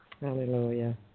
Hallelujah